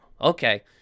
okay